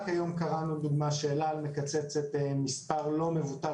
רק היום קראנו לדוגמה שאל על מקצצת מספר לא מבוטל